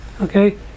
Okay